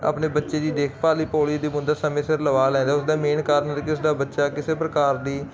ਆਪਣੇ ਬੱਚੇ ਦੀ ਦੇਖਭਾਲ ਲਈ ਪੋਲੀਓ ਦੀਆਂ ਬੁੰਦਾਂ ਸਮੇਂ ਸਿਰ ਲਵਾ ਲੈ ਲਓ ਉਹਦਾ ਮੇਨ ਕਾਰਨ ਕਿ ਉਸਦਾ ਬੱਚਾ ਕਿਸੇ ਪ੍ਰਕਾਰ ਦੀ